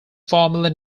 formerly